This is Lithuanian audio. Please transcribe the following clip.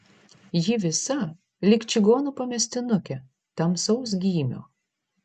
ji visa lyg čigonų pamestinukė tamsaus gymio